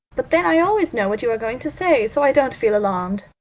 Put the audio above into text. but then i always know what you are going to say, so i don't feel alarmed.